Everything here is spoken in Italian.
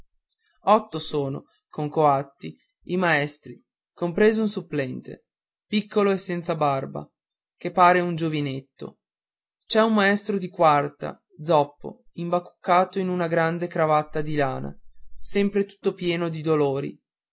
otto sono con coatti i maestri compreso un supplente piccolo e senza barba che pare un giovinetto c'è un maestro di quarta zoppo imbacuccato in una grande cravatta di lana sempre tutto pieno di dolori